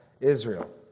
Israel